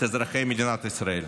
את אזרחי מדינת ישראל.